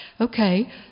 Okay